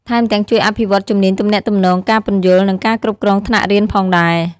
ថែមទាំងជួយអភិវឌ្ឍជំនាញទំនាក់ទំនង ការពន្យល់ និងការគ្រប់គ្រងថ្នាក់រៀនផងដែរ។